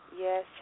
Yes